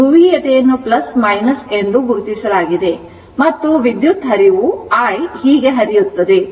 ಧ್ರುವೀಯತೆಯನ್ನು ಎಂದು ಗುರುತಿಸಲಾಗಿದೆ ಮತ್ತು ವಿದ್ಯುತ್ ಪ್ರವಾಹ I ಹೀಗೆ ಹರಿಯುತ್ತಿದೆ